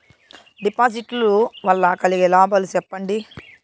డిపాజిట్లు లు వల్ల కలిగే లాభాలు సెప్పండి?